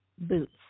boots